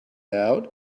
out